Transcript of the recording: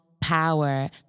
power